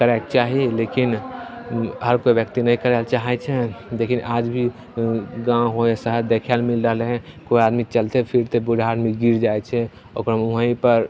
करैके चाही लेकिन हर कोइ व्यक्ति नहि करैले चाहै छै लेकिन आज भी गाम हो या शहर देखैले मिलि रहलै हँ कोइ आदमी चलिते फिरिते बूढ़ा आदमी गिर जाइ छै ओकरा वहीँपर